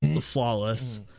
flawless